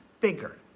bigger